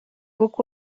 book